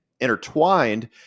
intertwined